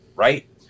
right